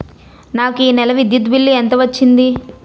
నాకు ఈ నెల విద్యుత్ బిల్లు ఎంత వచ్చింది?